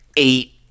eight